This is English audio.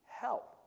help